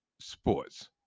sports